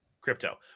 crypto